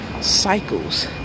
cycles